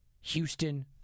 Houston